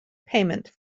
payment